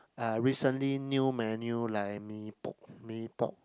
a recently new menu like Mee-Pok Mee-Pok